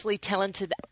talented